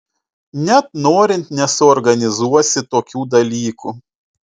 net norint nesuorganizuosi tokių dalykų